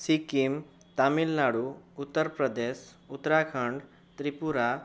Sikkim Tamil Nadu Uttar Pradesh Uttarakhand Tripura